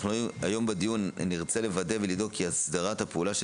היום בדיון נרצה לוודא ולדאוג כי הסדרת הפעולה של